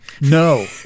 no